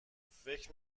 فکر